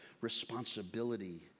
responsibility